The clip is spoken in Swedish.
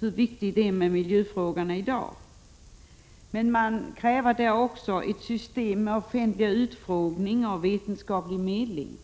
hur viktiga miljöfrågorna är i dag. Men i reservationen kräver man också ett system med offentliga utfrågningar och vetenskaplig medling.